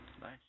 Nice